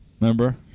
Remember